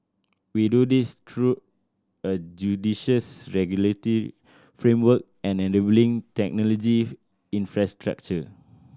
we do this through a judicious regulatory framework and enabling technology infrastructure